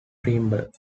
preamble